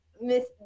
Miss